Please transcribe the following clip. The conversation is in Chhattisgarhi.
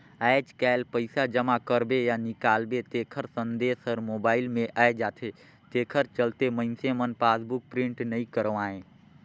आयज कायल पइसा जमा करबे या निकालबे तेखर संदेश हर मोबइल मे आये जाथे तेखर चलते मइनसे मन पासबुक प्रिंट नइ करवायें